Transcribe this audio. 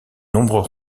nombreux